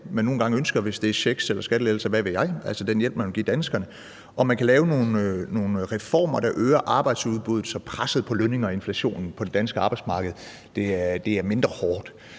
engang ønsker, hvis det er checks eller skattelettelser, eller hvad ved jeg, altså den hjælp, man vil give danskerne. Og man kan lave nogle reformer, der øger arbejdsudbuddet, så presset på lønninger og inflationen på det danske arbejdsmarked er mindre hårdt.